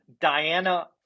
diana